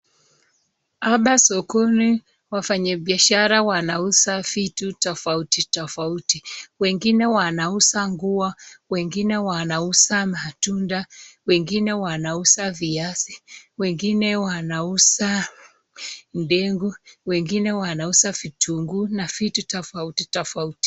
Hapa sokoni wafanyibiashara wanauza vitu tofauti tofauti wengine wanauza nguo, wengine wanauza matunda, wengine wanauza viazi, wengine wanauza ndengu, wengine wanauza vitunguu na vitu tofauti tofauti.